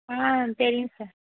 ஆம் தெரியும் சார்